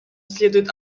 следует